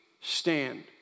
stand